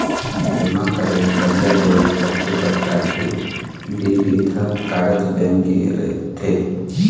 जमा करई, करजा देवई, कतको परकार के बिबिध कारज बेंक के रहिथे